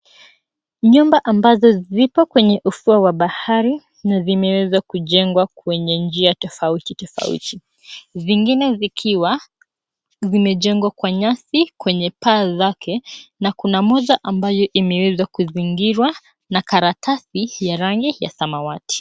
Nyumba ambazo zipo kwenye ufuo wa bahari na zimeweza kujengwa kwenye njia tofauti tofauti, zingine zikiwa zimejengwa kwa nyasi kwenye paa zake na kuna moja ambayo imeweza kuzingirwa na karatasi ya rangi ya samawati.